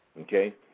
Okay